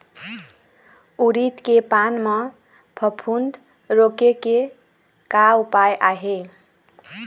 उरीद के पान म फफूंद रोके के का उपाय आहे?